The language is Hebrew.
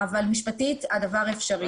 אבל משפטית הדבר אפשרי.